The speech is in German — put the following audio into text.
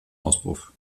auspuff